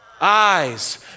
eyes